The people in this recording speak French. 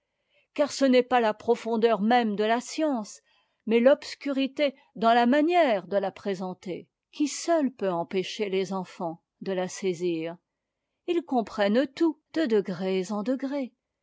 car ce n'est pas la profondeur même de la science mais l'obscurité dans la manière de la présenter qui seule peut empêcher les enfants de la saisir ils comprennent tout de degrés en degrés